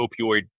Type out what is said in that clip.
opioid